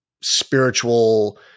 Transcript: spiritual